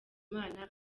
imana